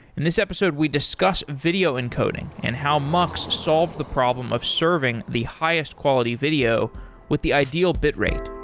in this episode we discuss video encoding and how mux solved the problem of serving the highest quality video with the ideal bitrate